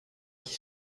qui